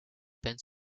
peines